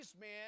man